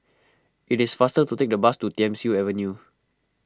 it is faster to take the bus to Thiam Siew Avenue